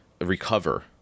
recover